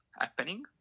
happening